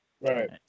Right